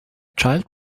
child